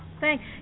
thanks